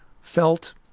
felt